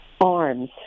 arms